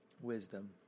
Wisdom